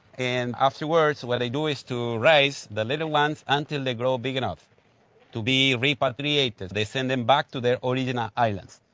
and afterwards what they do is to raise the little ones until they grow big enough to be repatriated. they send them back to their original islands.